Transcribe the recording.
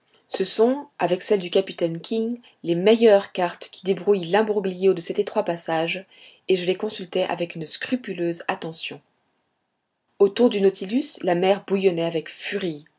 ce sont avec celles du capitaine king les meilleures cartes qui débrouillent l'imbroglio de cet étroit passage et je les consultais avec une scrupuleuse attention autour du nautilus la mer bouillonnait avec furie